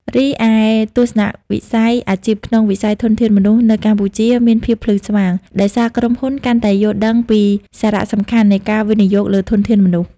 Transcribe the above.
រីឯទស្សនវិស័យអាជីពក្នុងវិស័យធនធានមនុស្សនៅកម្ពុជាមានភាពភ្លឺស្វាង ដោយសារក្រុមហ៊ុនកាន់តែយល់ដឹងពីសារៈសំខាន់នៃការវិនិយោគលើធនធានមនុស្ស។